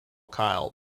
kyle